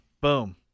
Boom